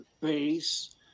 base